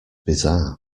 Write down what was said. bizarre